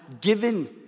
given